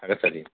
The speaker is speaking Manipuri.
ꯊꯥꯒꯠꯆꯔꯤ